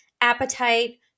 appetite